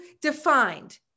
defined